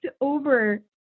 over